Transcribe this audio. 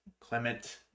Clement